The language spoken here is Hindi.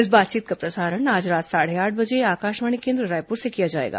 इस बातचीत का प्रसारण आज रात साढ़े आठ बजे आकाशवाणी केन्द्र रायपुर से किया जाएगा